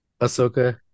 Ahsoka